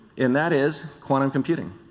and that is quantum computing.